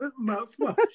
Mouthwash